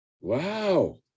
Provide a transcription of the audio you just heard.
Wow